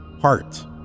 heart